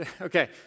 Okay